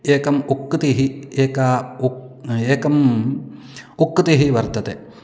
एकम् उक्तिः एकम् उक्तं एकम् उक्तिः वर्तते